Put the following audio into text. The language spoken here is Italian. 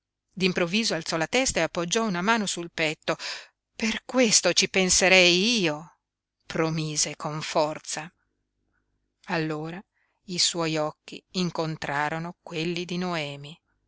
d'improvviso alzò la testa e appoggiò una mano sul petto per questo ci penserei io promise con forza allora i suoi occhi incontrarono quelli di noemi